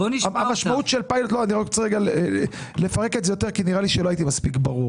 אני רוצה לפרק את זה יותר כי נראה לי שלא הייתי מספיק ברור.